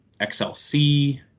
XLC